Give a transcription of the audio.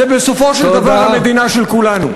זו בסופו של דבר המדינה של כולנו.